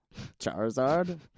Charizard